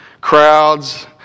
crowds